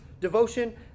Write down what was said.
devotion